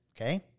okay